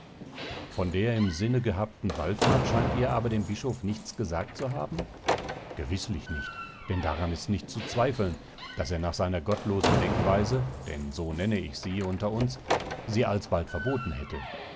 von der im sinne gehabten wallfahrt scheint ihr aber dem bischof nichts gesagt zu haben gewißlich nicht denn daran ist nicht zu zweifeln daß er nach seiner gottlosen denkweise denn so nenne ich sie unter uns sie alsbald verboten hätte